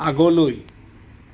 আগলৈ